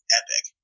epic